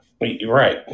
Right